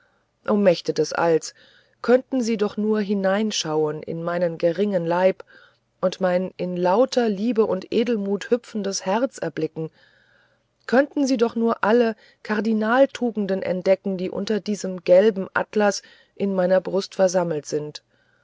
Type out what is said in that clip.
o mächte des alls könnten sie doch nur hineinschauen in meinen geringen leib und mein in lauter liebe und edelmut hüpfendes herz erblicken könnten sie doch nur alle kardinaltugenden entdecken die unter diesem gelben atlas in meiner brust versammelt sind